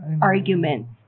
arguments